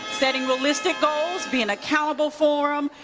setting realistic goals, being accountable for them,